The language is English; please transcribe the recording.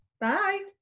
Bye